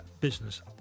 Business